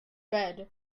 bed